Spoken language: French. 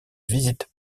visite